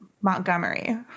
Montgomery